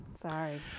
sorry